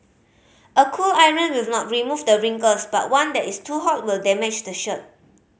a cool iron will not remove the wrinkles but one that is too hot will damage the shirt